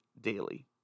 daily